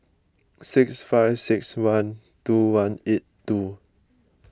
six five six one two one eight two